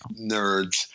nerds